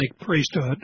priesthood